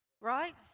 Right